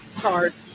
cards